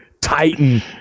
Titan